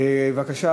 בבקשה,